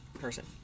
person